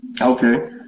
Okay